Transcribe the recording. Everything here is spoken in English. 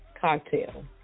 Cocktail